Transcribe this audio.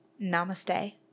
Namaste